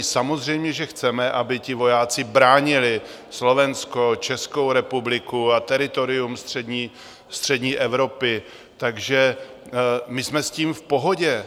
Samozřejmě že chceme, aby ti vojáci bránili Slovensko, Českou republiku a teritorium střední Evropy, takže my jsme s tím v pohodě.